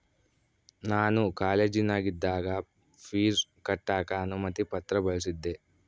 ನಾನು ಕಾಲೇಜಿನಗಿದ್ದಾಗ ಪೀಜ್ ಕಟ್ಟಕ ಅನುಮತಿ ಪತ್ರ ಬಳಿಸಿದ್ದೆ